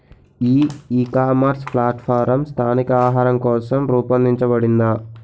ఈ ecommerce platform స్థానిక ఆహారం కోసం రూపొందించబడిందా?